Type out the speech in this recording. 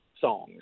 songs